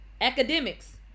academics